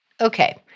Okay